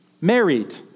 married